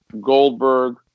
Goldberg